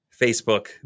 Facebook